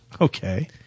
Okay